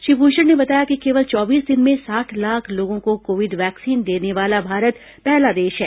श्री भूषण ने बताया कि केवल चौबीस दिन में साठ लाख लोगों को कोविड वैक्सीन देने वाला भारत पहला देश है